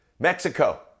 Mexico